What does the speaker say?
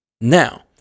now